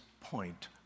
point